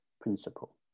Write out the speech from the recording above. principle